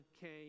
came